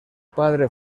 padre